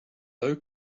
low